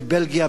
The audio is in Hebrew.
בבלגיה,